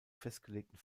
festgelegten